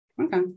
okay